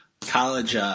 college